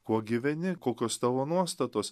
kuo gyveni kokios tavo nuostatos